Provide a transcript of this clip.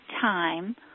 time